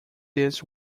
this